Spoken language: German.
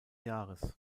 jahres